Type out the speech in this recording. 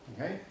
Okay